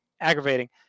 aggravating